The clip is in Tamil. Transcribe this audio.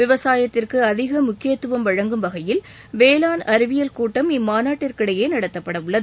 விவசாயத்திற்கு அதிக முக்கியத்துவம் வழங்கும் வகையில் வேளாண் அறிவியல் கூட்டம் இம்மாநாட்டிற்கிடையே நடத்தப்படவுள்ளது